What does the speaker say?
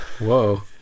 Whoa